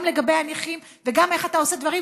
גם לגבי הנכים וגם איך אתה עושה דברים,